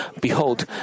behold